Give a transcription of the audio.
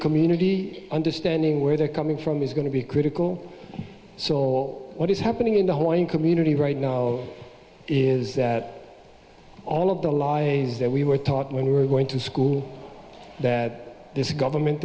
community understanding where they're coming from is going to be critical so what is happening in the one community right now is all of the lies that we were taught when we were going to school that this government